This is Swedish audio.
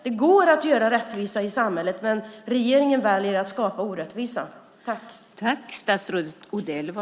Det går att skapa rättvisa i samhället, men regeringen väljer att skapa orättvisa.